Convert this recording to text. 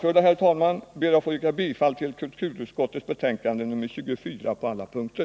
Med det anförda ber jag att få yrka bifall till kulturutskottets hemställan på alla punkter.